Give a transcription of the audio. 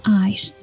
eyes